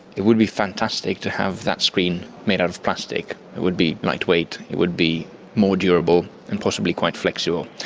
it would be fantastic to have that screen made out of plastic. it would be lightweight, it would be more durable and possibly quite flexible.